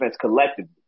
collectively